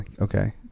Okay